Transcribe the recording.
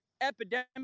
epidemic